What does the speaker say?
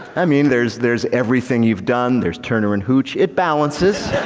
i mean there's there's everything you've done. there's turner and hooch it balances.